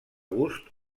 gust